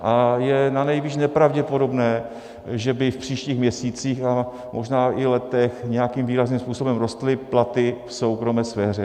A je nanejvýš nepravděpodobné, že by v příštích měsících a možná i letech nějakým výrazným způsobem rostly platy v soukromé sféře.